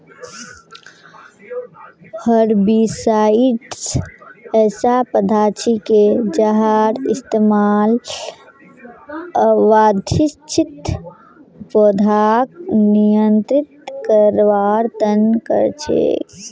herbicides ऐसा पदार्थ छिके जहार इस्तमाल अवांछित पौधाक नियंत्रित करवार त न कर छेक